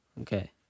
Okay